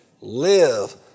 live